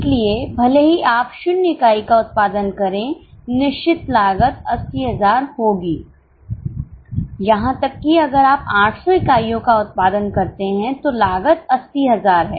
इसलिए भले ही आप 0 इकाई का उत्पादन करें निश्चित लागत 80000 होगी यहां तक कि अगर आप 800 इकाइयों का उत्पादन करते हैं तो लागत 80000 है